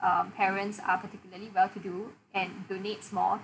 uh parents are particularly well to do and donates more